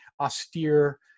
austere